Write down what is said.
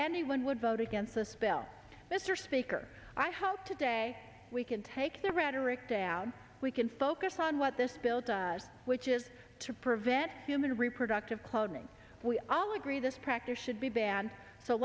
anyone would vote against a spell mr speaker i hope today we can take the rhetoric down we can focus on what this bill to which is to prevent human reproductive cloning we all agree this practice should be banned so